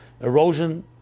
erosion